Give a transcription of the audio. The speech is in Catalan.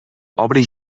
obri